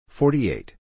forty-eight